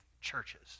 churches